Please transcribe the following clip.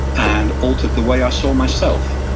and altered the way i saw myself,